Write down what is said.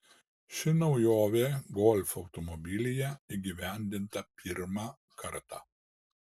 ši naujovė golf automobilyje įgyvendinta pirmą kartą